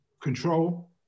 control